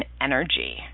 energy